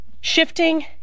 Shifting